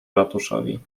ratuszowi